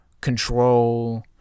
control